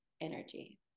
energy